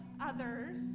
others